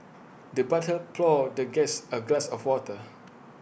the butler poured the guest A glass of water